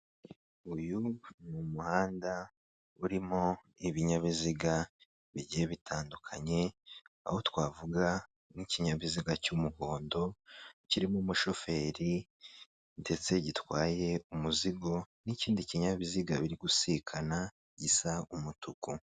Uyu umuhanda urimo ibinyabiziga bigiye bitandukanye aho twavuga nk'ikinyabiziga cy'umuhondo kirimo umushoferi ndetse gitwaye umuzigo n'ikindi kinyabiziga biri gusikana gisa umutuku.